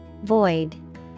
Void